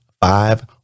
five